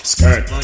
Skirt